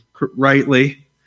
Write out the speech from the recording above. rightly